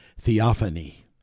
theophany